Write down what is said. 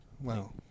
Wow